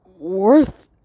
worth